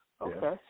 Okay